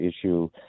issue